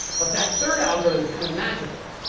but that third algorithm is kind of magical.